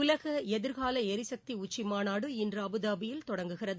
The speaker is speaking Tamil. உலக எதிர்கால எரிசக்தி உச்சி மாநாடு இன்று அபுதாபியில் தொடங்குகிறது